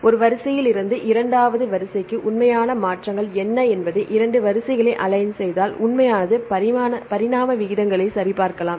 ஒரு வரிசையிலிருந்து இரண்டாவது வரிசைக்கு உண்மையான மாற்றங்கள் என்ன என்பதை 2 வரிசைகளை அலைன் செய்தால் உண்மையானது பரிணாம விகிதங்களை சரிபார்க்கலாம்